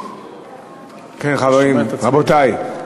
כן, חברים, רבותי.